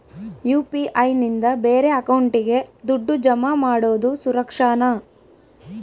UPI ನಿಂದ ಬೇರೆ ಅಕೌಂಟಿಗೆ ದುಡ್ಡು ಜಮಾ ಮಾಡೋದು ಸುರಕ್ಷಾನಾ?